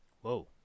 Whoa